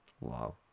Wow